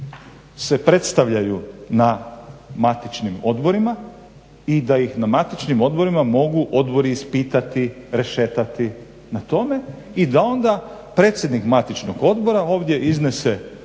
se predstavljaju na matičnim odborima i da ih na matičnim odborima mogu odbori ispitati, rešetati na tome i da onda predsjednik matičnog odbora ovdje iznese